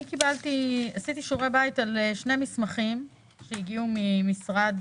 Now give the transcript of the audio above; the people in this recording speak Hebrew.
עשיתי שיעורי בית על שני מסמכים שהגיעו ממשרד